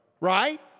Right